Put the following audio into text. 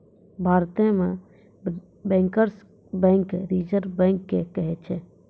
भारतो मे bankers bank reserve bank के कहै छै